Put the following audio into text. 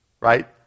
Right